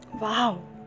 Wow